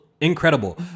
incredible